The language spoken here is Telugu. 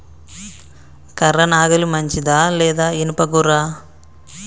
కర్ర నాగలి మంచిదా లేదా? ఇనుప గొర్ర?